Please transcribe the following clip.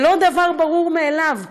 זה לא דבר ברור מאליו.